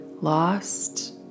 lost